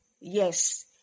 yes